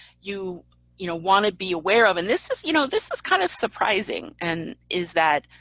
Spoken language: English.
you you know want to be aware of and this is you know this is kind of surprising and is that